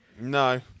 No